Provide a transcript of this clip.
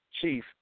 chief